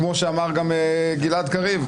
כמו שאמר גם גלעד קריב,